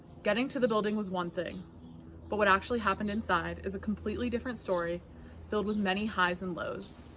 getting to the building was one thing but what actually happened inside is a completely different story filled with many highs and lows.